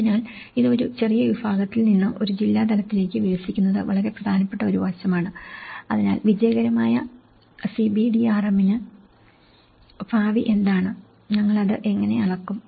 അതിനാൽ ഇത് ഒരു ചെറിയ വിഭാഗത്തിൽ നിന്ന് ഒരു ജില്ലാ തലത്തിലേക്ക് വികസിക്കുന്നത് വളരെ പ്രധാനപ്പെട്ട ഒരു വശമാണ് അതിനാൽ വിജയകരമായ CBDRM ന്റെ ഭാവി എന്താണ് ഞങ്ങൾ അത് എങ്ങനെ അളക്കും